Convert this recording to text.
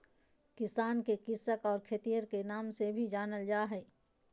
किसान के कृषक और खेतिहर के नाम से भी जानल जा हइ